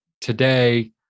today